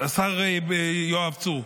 השר יואב צור,